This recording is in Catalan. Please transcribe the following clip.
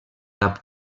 cap